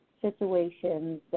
situations